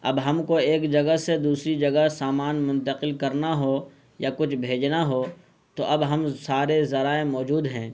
اب ہم کو ایک جگہ سے دوسری جگہ سامان منتقل کرنا ہو یا کچھ بھیجنا ہو تو اب ہم سارے ذرائع موجود ہیں